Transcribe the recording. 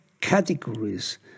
categories